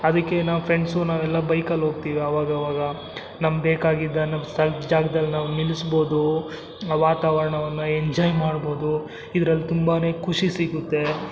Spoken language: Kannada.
ಅದಕ್ಕೆ ನಾವು ಫ್ರೆಂಡ್ಸು ನಾವೆಲ್ಲ ಬೈಕಲ್ಲಿ ಹೋಗ್ತಿವಿ ಆವಾಗಾವಾಗ ನಮ್ಗೆ ಬೇಕಾಗಿದ್ದ ನಮ್ಗೆ ಸ್ವಲ್ಪ್ ಜಾಗ್ದಲ್ಲಿ ನಾವು ನಿಲ್ಲಿಸ್ಬೋದು ಆ ವಾತಾವರಣವನ್ನ ಎಂಜಾಯ್ ಮಾಡ್ಬೋದು ಇದ್ರಲ್ಲಿ ತುಂಬಾ ಖುಷಿ ಸಿಗುತ್ತೆ